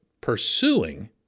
pursuing